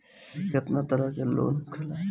केतना तरह के लोन होला?